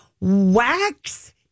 wax